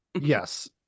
Yes